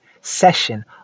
session